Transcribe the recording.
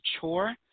chore